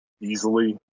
easily